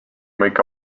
make